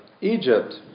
Egypt